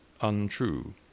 untrue